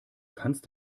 kannst